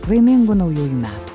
laimingų naujųjų metų